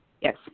Yes